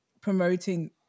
promoting